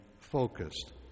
focused